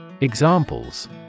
Examples